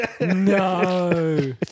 No